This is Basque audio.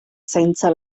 zaintza